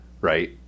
right